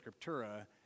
scriptura